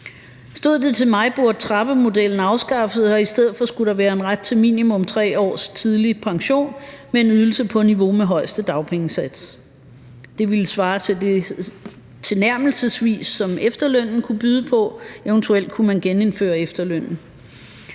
Stod det til mig, burde trappemodellen afskaffes, og i stedet skulle der være en ret til minimum 3 års tidlig pension med en ydelse på niveau med højeste dagpengesats. Det ville svare tilnærmelsesvis til det, som efterlønnen kunne byde på, eventuelt kunne man genindføre efterlønnen.